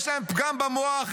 יש להם פגם במוח,